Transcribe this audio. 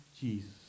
Jesus